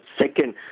second